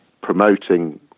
promoting